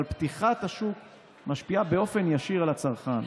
אבל פתיחת השוק משפיעה באופן ישיר על הצרכן.